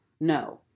no